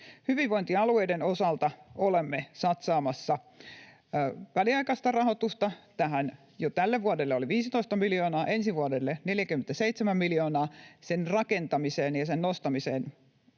Hyvinvointialueiden osalta olemme satsaamassa väliaikaista rahoitusta tähän: jo tälle vuodelle oli 15 miljoonaa, ensi vuodelle 47 miljoonaa sen rakentamiseen ja sen nostamiseen